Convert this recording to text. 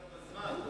בזמן.